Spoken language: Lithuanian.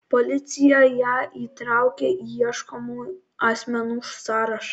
policija ją įtraukė į ieškomų asmenų sąrašą